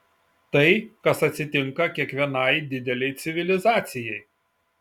tai kas atsitinka kiekvienai didelei civilizacijai